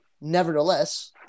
nevertheless